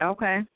Okay